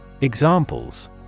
Examples